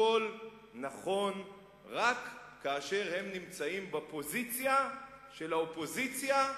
הכול נכון רק כאשר הם נמצאים בפוזיציה של האופוזיציה,